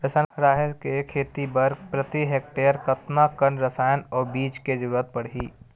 राहेर के खेती बर प्रति हेक्टेयर कतका कन रसायन अउ बीज के जरूरत पड़ही?